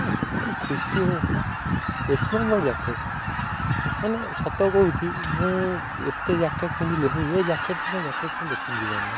ଆ ସବୁଠି ଖୁସି ମୁଁ ବା ଏକ ନମ୍ବର୍ ଜ୍ୟାକେଟ୍ ମାନେ ସତ କହୁଛି ମୁଁ ଏତେ ଜ୍ୟାକେଟ୍ ପିନ୍ଧିଲେଣିି ଏ ଜ୍ୟାକେଟ୍ ଭଳିଆ ଜ୍ୟାକେଟ୍ ମୁଁ ଦେଖିନି ଜୀବନରେ